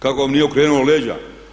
Kao vam nije okrenuo leđa.